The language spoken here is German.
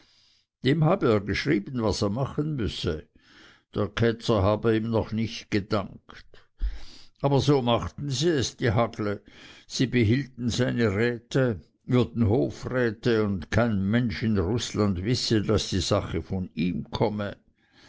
dem habe er geschrieben was er machen müsse der ketzer habe ihm noch nicht gedankt aber so machten sie es die hagle sie behielten seine räte würden hofräte und kein mensch in rußland wisse daß die sache von ihm komme